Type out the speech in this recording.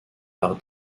par